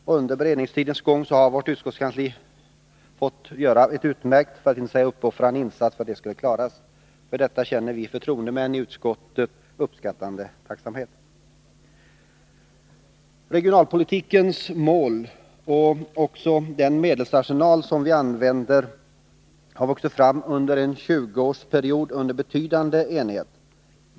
Och under beredningstidens gång har vårt utskottskansli fått göra en utmärkt, för att inte säga uppoffrande, insats för att detta skulle klaras. För det känner vi förtroendemän i utskottet uppskattande tacksamhet. Regionalpolitikens mål och också den medelsarsenal som vi använder har vuxit fram under en tjugoårsperiod under betydande enighet.